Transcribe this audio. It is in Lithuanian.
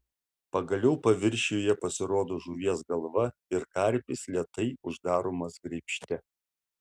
pagaliau paviršiuje pasirodo žuvies galva ir karpis lėtai uždaromas graibšte